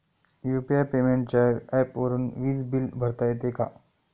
UPI पेमेंटच्या ऍपवरुन वीज बिल भरता येते का?